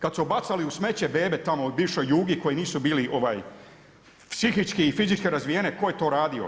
Kad su bacali u smeće bebe tamo u bivšoj Jugi koji nisu bili psihički i fizičke razvijene tko je to radio.